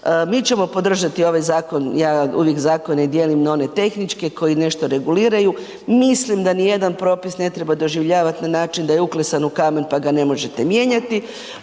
mi ćemo podržati ovaj zakon, ja uvijek zakone dijelim na one tehničke koji nešto reguliraju, mislim da ni jedan propis ne treba doživljavati na način da je uklesan u kamen pa ga ne možete mijenjati.